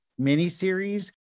miniseries